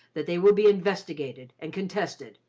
that they will be investigated and contested,